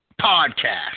Podcast